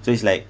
so it's like